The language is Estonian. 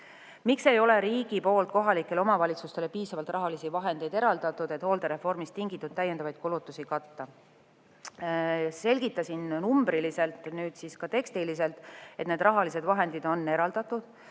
"Miks ei ole riigi poolt kohalikele omavalitsustele piisavalt rahalisi vahendeid eraldatud, et hooldereformist tingitud täiendavaid kulutusi katta?" Selgitasin numbriliselt, nüüd selgitan ka tekstiliselt, et need rahalised vahendid on eraldatud.